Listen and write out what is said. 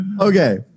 Okay